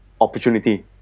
opportunity